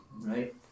right